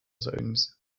zones